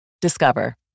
Discover